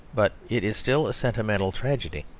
but it is still a sentimental tragedy.